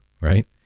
Right